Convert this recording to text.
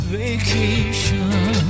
vacation